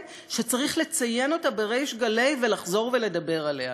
שצריך לציין אותה בריש גלי ולחזור ולדבר עליה?